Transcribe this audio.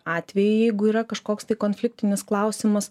atvejį jeigu yra kažkoks tai konfliktinis klausimas